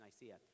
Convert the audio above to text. Nicaea